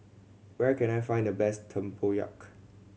where can I find the best tempoyak